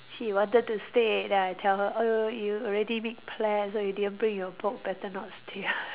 she wanted to stay then I tell her oh you already made plans and you didn't bring your book better not stay